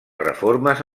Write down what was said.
reformes